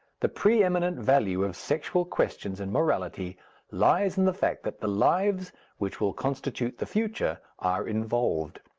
the pre-eminent value of sexual questions in morality lies in the fact that the lives which will constitute the future are involved.